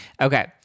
Okay